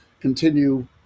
continue